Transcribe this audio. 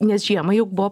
nes žiemą juk buvo